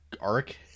arc